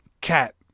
cat